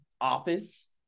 office